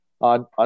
on